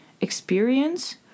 experience